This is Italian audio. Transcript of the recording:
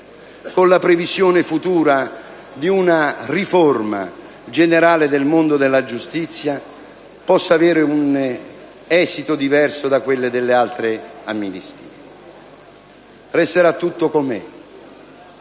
con la previsione futura di una riforma generale del mondo della giustizia, possano avere un esito diverso da quello delle altre amnistie. Resterà tutto com'è,